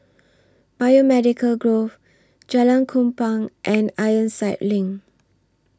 Biomedical Grove Jalan Kupang and Ironside LINK